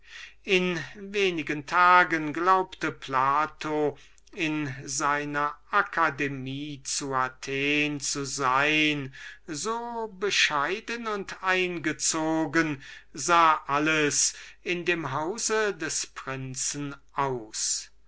in wenigen tagen glaubte plato selbst in seiner akademie zu athen zu sein so bescheiden und eingezogen sah alles in dem hause des prinzen aus